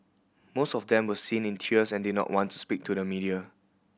most of them were seen in tears and did not want to speak to the media